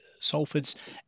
Salford's